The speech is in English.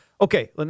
Okay